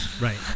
Right